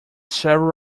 several